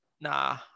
Nah